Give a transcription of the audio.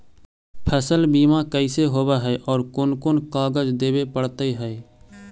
फसल बिमा कैसे होब है और कोन कोन कागज देबे पड़तै है?